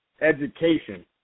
education